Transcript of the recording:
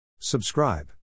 subscribe